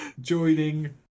joining